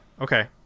okay